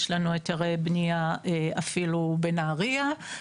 יש לנו היתרי בנייה אפילו בנהריה.